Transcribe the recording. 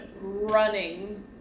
running